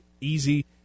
easy